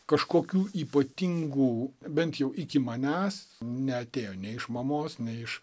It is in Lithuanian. kažkokių ypatingų bent jau iki manęs neatėjo nei iš mamos nei iš